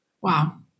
Wow